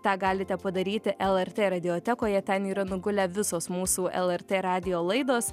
tą galite padaryti lrt radiotekoje ten yra nugulę visos mūsų lrt radijo laidos